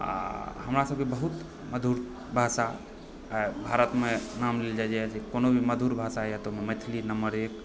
आओर हमरा सभके बहुत मधुर भाषा भारतमे नाम लेल जाइया जे कोनो भी मधुर भाषा यऽ तऽ मैथिली नम्बर एक